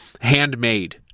handmade